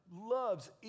loves